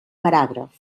paràgraf